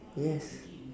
yes